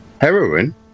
heroin